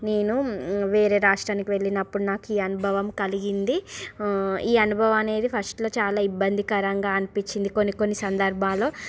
నేను వేరే రాష్ట్రానికి వెళ్ళినప్పుడు నాకు అనుభవం కలిగింది ఈ అనుభవం అనేది ఫస్ట్లో చాలా ఇబ్బందికరంగా అనిపించింది కొన్ని కొన్ని సందర్భాల్లో